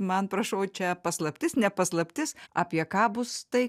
man prašau čia paslaptis ne paslaptis apie ką bus tai